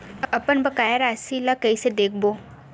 अपन बकाया राशि ला कइसे देखबो?